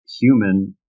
human